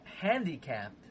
handicapped